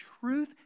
truth